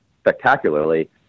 spectacularly